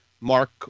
mark